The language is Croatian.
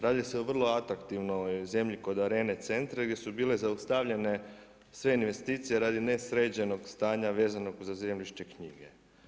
Radi se o vrlo atraktivnoj zemlji kod Arene Centar gdje su bile zaustavljene sve investicije radi nesređenog stanja vezanog za zemljišne knjige.